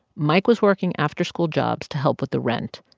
mike was working after-school jobs to help with the rent.